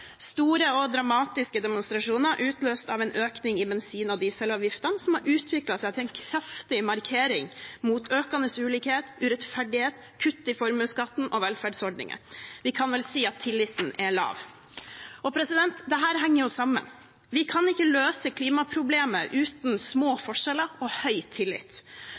store og dramatiske demonstrasjoner utløst av en økning i bensin- og dieselavgiftene som har utviklet seg til en kraftig markering mot økende ulikhet, urettferdighet, kutt i formuesskatten og velferdsordninger. Vi kan vel si at tilliten er lav. Dette henger jo sammen. Vi kan ikke løse klimaproblemet uten små forskjeller og høy tillit.